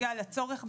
לתהליך.